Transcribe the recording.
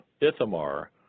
Ithamar